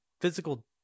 physical